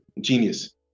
genius